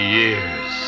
years